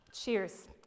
Cheers